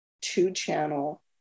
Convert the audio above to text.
two-channel